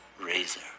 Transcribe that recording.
razor